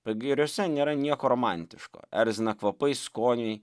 pagiriose nėra nieko romantiško erzina kvapai skoniai